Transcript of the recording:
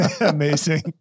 Amazing